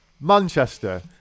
Manchester